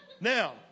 Now